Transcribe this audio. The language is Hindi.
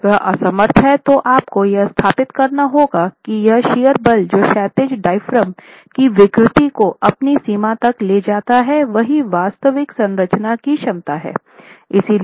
यदि यह असमर्थ है तो आपको यह स्थापित करना होगा कि यह शियर बल जो क्षैतिज डायाफ्राम की विकृति को अपनी सीमा तक ले जाता है वही वास्तविक संरचना की क्षमता हैं